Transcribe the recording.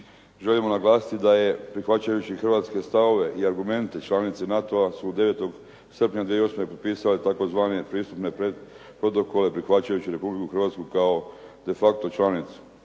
Želimo naglasiti da je prihvaćajući hrvatske stavove i argumente članice NATO-a su od 9. srpnja potpisale tzv. pristupne protokole prihvaćajući Republiku Hrvatsku kao de facto članicu.